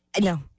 no